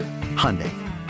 Hyundai